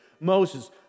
Moses